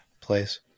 place